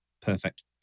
perfect